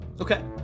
Okay